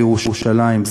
בירושלים,